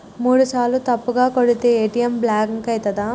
మూడుసార్ల తప్పుగా కొడితే ఏ.టి.ఎమ్ బ్లాక్ ఐతదా?